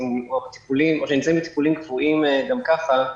או שנמצאים בטיפולים קבועים גם ככה,